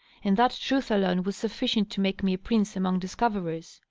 and that truth alone was sufficient to make me a prince among discoverers.